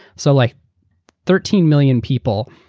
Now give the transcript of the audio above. so like thirteen million people,